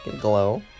glow